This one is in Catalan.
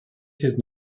sis